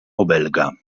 obelga